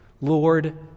Lord